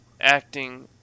acting